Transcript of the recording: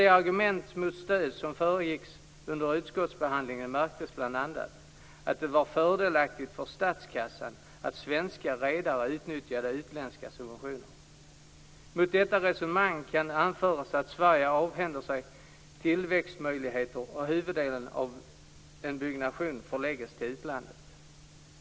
Bland argumenten mot stöd i samband med utskottsbehandlingen märktes bl.a. att det var fördelaktigt för statskassan att svenska redare utnyttjade utländska subventioner. Mot detta resonemang kan anföras att Sverige avhänder sig tillväxtmöjligheter om huvuddelen av en byggnation förläggs till utlandet.